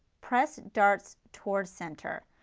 press darts towards center.